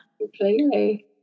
completely